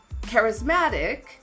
Charismatic